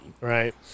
Right